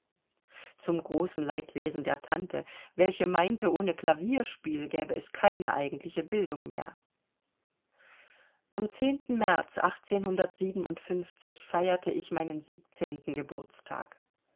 zum großen leidwesen der tante welche meinte ohne klavierspiel gäbe es keine eigentliche bildung mehr am märz feierte ich meinen siebzehnten geburtstag